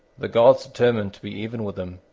the gods determined to be even with him,